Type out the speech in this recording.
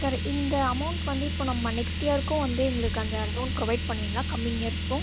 sir இந்த amount வந்து இப்போ நம்ம நெக்ஸ்ட் இயர்க்கும் வந்து எங்களுக்கு அந்த லோன் ப்ரொவைட் பண்ணுவீங்களா கம்மிங் இயர்ஸ்க்கும்